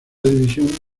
división